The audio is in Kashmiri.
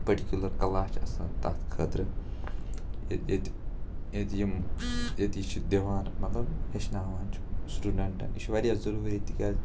پٔٹِکوٗلَر کلاس چھِ آسان تَتھ خٲطرٕ ییٚتہِ ییٚتہِ یِم ییٚتہِ یہِ چھِ دِوان مطلب ہیچھناوان چھِ سِٹوٗڈَنٛٹَن یہِ چھِ واریاہ ضروٗری تِکیٛازِ